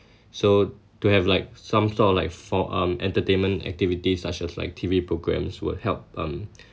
so to have like some sort of like for um entertainment activities such as like T_V programmes would help um